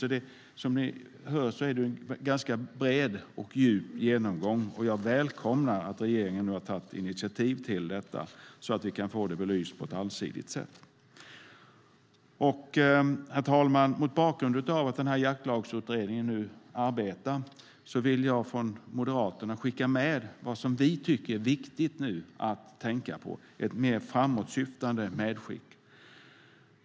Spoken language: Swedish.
Som ni hör är det en ganska bred och djup genomgång, och jag välkomnar att regeringen nu har tagit initiativ till denna så att vi kan få detta belyst på ett allsidigt sätt. Herr talman! Mot bakgrund av att Jaktlagsutredningen nu arbetar vill jag från Moderaterna skicka med vad vi tycker är viktigt att tänka på, ett mer framåtsyftande medskick.